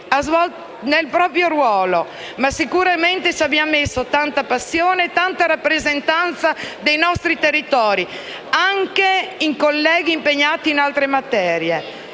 nel proprio ruolo. Sicuramente ci abbiamo messo tanta passione e tanto spirito di rappresentanza dei nostri territori, anche da parte di colleghi impegnati in altre materie.